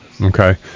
Okay